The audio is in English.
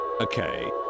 Okay